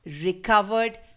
recovered